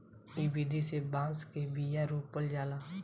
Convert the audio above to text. इ विधि से बांस के बिया रोपल जाला